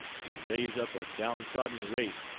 to raise up a downtrodden race,